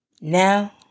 Now